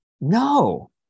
No